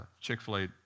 Chick-fil-A